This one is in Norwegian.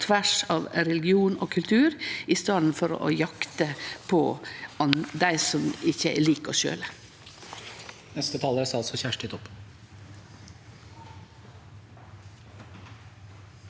tvers av religion og kultur, i staden for å jakte på dei som ikkje er like oss sjølve.